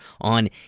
on